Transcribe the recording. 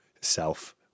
self